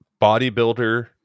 bodybuilder